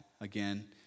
again